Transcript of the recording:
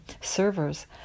servers